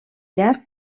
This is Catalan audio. llarg